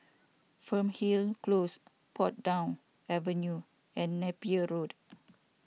Fernhill Close Portsdown Avenue and Napier Road